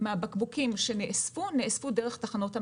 מהבקבוקים שנאספו נאספו דרך תחנות המעבר.